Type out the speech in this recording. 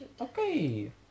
Okay